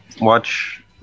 Watch